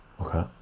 okay